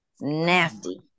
nasty